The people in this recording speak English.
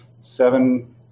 seven